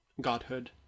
godhood